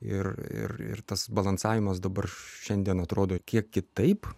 ir ir tas balansavimas dabar šiandien atrodo kiek kitaip